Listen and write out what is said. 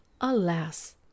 alas